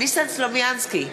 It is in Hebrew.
ניסן סלומינסקי,